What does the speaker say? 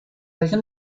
región